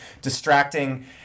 distracting